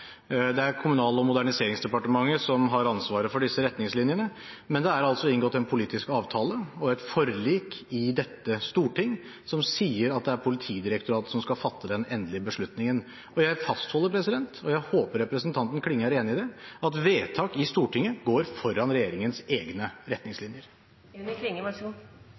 Det er Kommunal- og moderniseringsdepartementet som har ansvaret for disse retningslinjene, men det er altså inngått en politisk avtale og et forlik i dette storting som sier at det er Politidirektoratet som skal fatte den endelige beslutningen. Jeg fastholder – og jeg håper representanten Klinge er enig i det – at vedtak i Stortinget går foran regjeringens egne